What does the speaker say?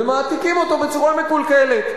ומעתיקים אותו בצורה מקולקלת.